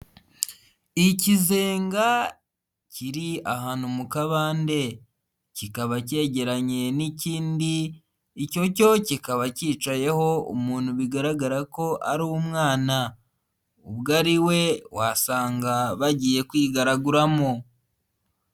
Ikizenga kiri ahantu mu kabande, kikaba kegeranye n'ikindi, icyo cyo kikaba cyicayeho umuntu bigaragara ko ari umwana. Ubwo ari we wasanga bagiye kwigaraguramo.